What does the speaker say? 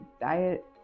diet